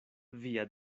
via